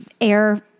air